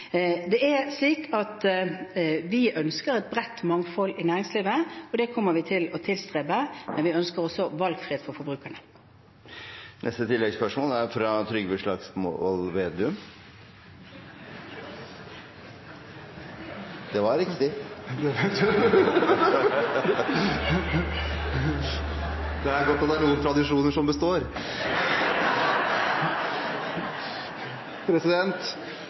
Det er slik at vi ønsker et bredt mangfold i næringslivet, og det kommer vi til å tilstrebe, men vi ønsker også valgfrihet for forbrukerne. Neste oppfølgingsspørsmål er fra Trygve Slagsmål Vedum – Trygve Slagsvold Vedum. Det var riktig! Det er godt at det er noen tradisjoner som består!